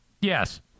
Yes